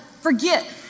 forget